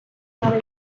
gabe